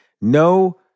No